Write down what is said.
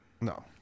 No